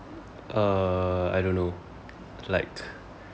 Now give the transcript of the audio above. uh I don't know like